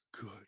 good